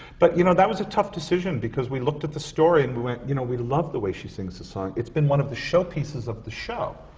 but you know, that was a tough decision, because we looked at the story and we went, you know, we love the way she sings the song. it's been one of the showpieces of the show.